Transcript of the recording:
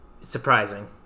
Surprising